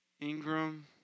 Ingram